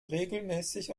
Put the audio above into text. regelmäßig